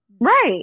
Right